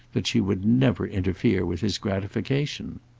that she would never interfere with his gratification.